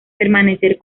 permanecer